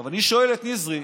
אני שואל את נזרי,